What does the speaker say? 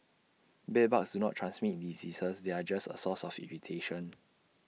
bedbugs do not transmit diseases they are just A source of irritation